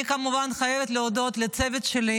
אני כמובן חייבת להודות לצוות שלי.